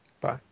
Bye